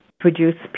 Produce